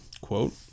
quote